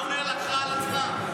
אני רק שאלתי מה זה אומר "לקחה על עצמה".